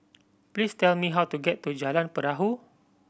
please tell me how to get to Jalan Perahu